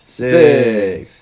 six